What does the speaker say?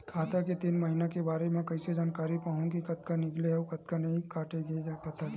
खाता के तीन महिना के बारे मा कइसे जानकारी पाहूं कि कतका निकले हे अउ कतका काटे हे खाता ले?